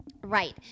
right